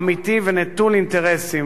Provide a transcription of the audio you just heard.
אמיתי ונטול אינטרסים,